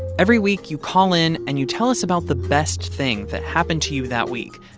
every week, you call in, and you tell us about the best thing that happened to you that week.